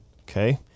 okay